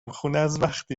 خونه، ازوقتی